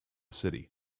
city